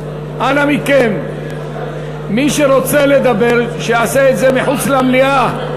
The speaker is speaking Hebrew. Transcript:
אנא מכם, מי שרוצה לדבר, שיעשה את זה מחוץ למליאה.